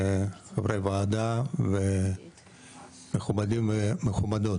חברי הוועדה ומכובדים ומכובדות.